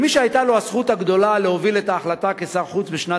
כמי שהיתה לו הזכות הגדולה להוביל את ההחלטה באו"ם,